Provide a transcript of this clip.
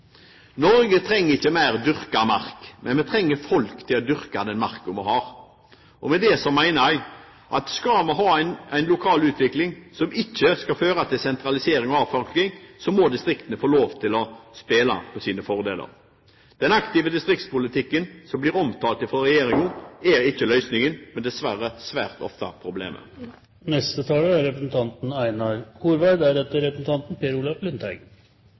Norge trenger ikke mer dyrket mark, men vi trenger folk til å dyrke den marka vi har. Med det mener jeg at skal vi ha en lokal utvikling som ikke skal føre til sentralisering og avfolking, må distriktene få lov til å spille på sine fordeler. Den aktive distriktspolitikken som blir omtalt av regjeringen, er ikke løsningen, men dessverre svært ofte problemet. Ikkje heilt overraskande viser debatten i kveld og i løpet av dagen at høgresida sine løysingar på mange av dagens utfordringar er